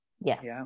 Yes